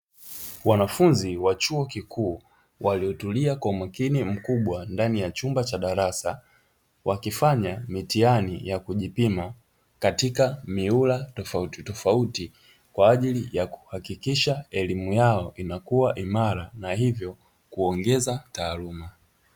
Wanafunzi wa chuo kikuu waliotulia kwa umakini mkubwa ndani ya chumba cha darasa, wakifanya mitihani ya kujipima katika mihula tofauti tofauti kwa ajili ya kuhakikisha elimu yao inakuwa imara na hivyo kuongeza taaluma.